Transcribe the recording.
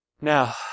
Now